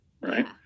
right